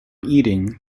eating